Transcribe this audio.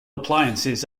appliances